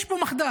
יש פה מחדל.